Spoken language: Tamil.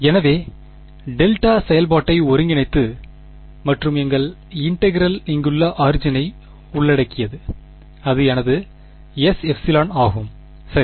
எனவே டெல்டா செயல்பாட்டை ஒருங்கிணைத்து மற்றும் எங்கள் இன்டெகிரெல் இங்குள்ள ஆரிஜினை உள்ளடக்கியது அது எனது Sε ஆகும் சரி